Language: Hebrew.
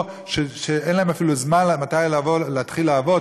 אין להם אפילו זמן להתחיל לעבוד,